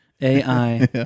A-I